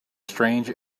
strange